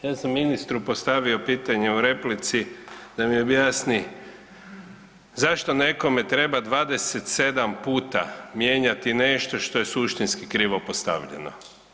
Ja sam ministru postavio pitanje u replici da mi objasni zašto nekome treba 27 puta mijenjati nešto što je suštinski krivo postavljeno.